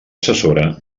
assessora